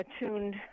attuned